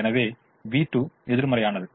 எனவே v2 எதிர்மறையானது